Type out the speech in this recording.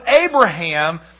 Abraham